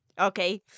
Okay